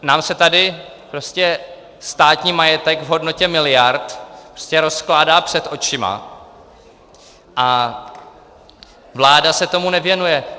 Nám se tady prostě státní majetek v hodnotě miliard rozkládá před očima a vláda se tomu nevěnuje.